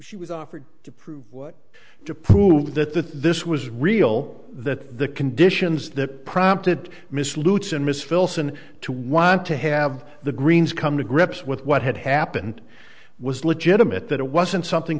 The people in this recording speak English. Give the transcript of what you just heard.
she was offered to prove what to prove that the this was real that the conditions that prompted miss lutes and miss filson to want to have the greens come to grips with what had happened was legitimate that it wasn't something